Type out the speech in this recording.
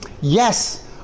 Yes